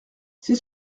c’est